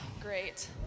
Great